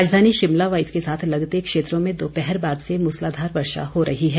राजधानी शिमला व इसके साथ लगते क्षेत्रों में दोपहर बाद से मूसलाधार वर्षा हो रही है